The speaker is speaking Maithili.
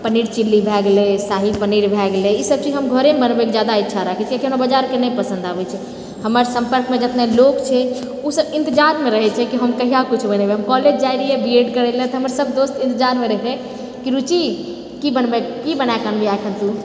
पनीर चिली भए गेलै शाही पनीर भए गेलै ई सबचीज हम घरेमे बनवैके जादा इच्छा राखए छिए कीआकि हमरा बजारके नहि पसन्द आबैत छै हमर सम्पर्कमे जितने लोग छै ओ सब इन्तजारमे रहैत छै कि हम कहिया किछु बनैवे हम कॉलेज जाए रहिए बीएड करैलए तऽ हमर सब दोस्त इन्तजारमे रहै कि रुचि की बनबैत कि बनाके अनलीहे अखन तु